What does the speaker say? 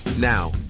Now